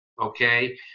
okay